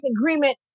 agreement